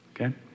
okay